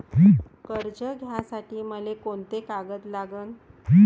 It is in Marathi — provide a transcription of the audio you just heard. कर्ज घ्यासाठी मले कोंते कागद लागन?